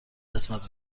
قسمت